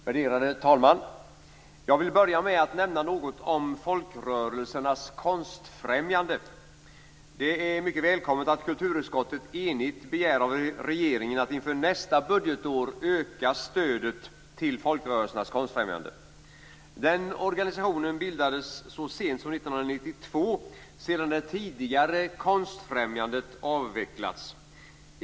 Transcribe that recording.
Värderade talman! Jag vill börja med att nämna något om Folkrörelsernas Konstfrämjande. Det är mycket välkommet att kulturutskottet enigt begär av regeringen att inför nästa budgetår öka stödet till Folkrörelsernas Konstfrämjande. Den organisationen bildades så sent som 1992 sedan det tidigare Konstfrämjandet avvecklats.